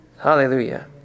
Hallelujah